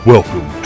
Welcome